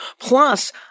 Plus